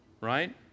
right